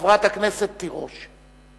חברת הכנסת תירוש.